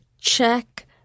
check